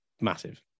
massive